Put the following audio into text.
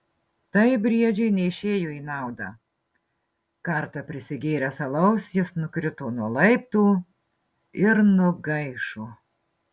tai briedžiui neišėjo į naudą kartą prisigėręs alaus jis nukrito nuo laiptų ir nugaišo